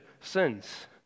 sins